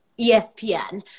ESPN